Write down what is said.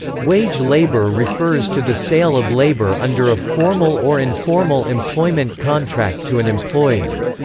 wage labour refers to the sale of labour under a formal or informal employment contract to an employer.